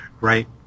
Right